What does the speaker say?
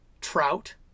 trout